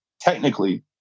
technically